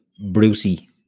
Brucey